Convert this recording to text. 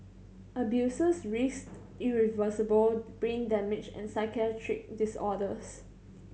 abusers risked irreversible brain damage and psychiatric disorders